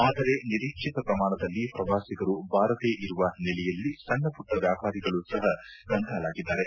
ಆದರೆ ನಿರೀಕ್ಷಿತ ಪ್ರಮಾಣದಲ್ಲಿ ಪ್ರವಾಸಿಗರು ಬಾರದೇ ಇರುವ ಹಿನ್ನೆಲೆಯಲ್ಲಿ ಸಣ್ಣ ಮಟ್ಟ ವ್ಯಾಪಾರಿಗಳು ಸಪ ಕಂಗಾಲಾಗಿದ್ದಾರೆ